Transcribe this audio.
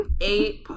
eight